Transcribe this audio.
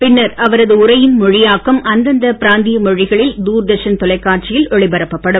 பின்னர் அவரது உரையின் மொழியாக்கம் அந்தந்த பிராந்திய மொழிகளில் தூர்தர்ஷன் தொலைக்காட்சியில் ஒளிபரப்பப்படும்